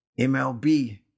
MLB